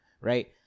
right